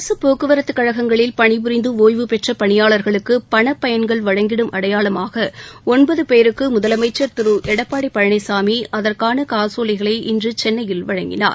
அரசு போக்குவரத்துக் கழகங்களில் பணி புரிந்து ஓய்வுபெற்ற பணியாளர்களுக்கு பணப்பயன்கள் வழங்கிடும் அடையாளமாக ஒன்பது பேருக்கு முதலமச்ச் திரு எடப்பாடி பழனிசாமி அதற்கான காசோலைகளை இன்று சென்னையில் வழங்கினார்